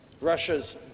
Russia's